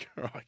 Right